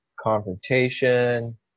confrontation